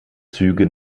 züge